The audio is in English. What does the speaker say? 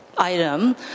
item